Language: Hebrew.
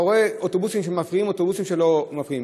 אתה רואה אוטובוסים שמפעילים ואוטובוסים שלא מפעילים,